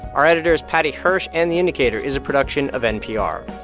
our editor is paddy hirsch. and the indicator is a production of npr